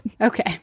Okay